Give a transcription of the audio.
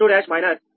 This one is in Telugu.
0067